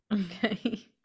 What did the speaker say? okay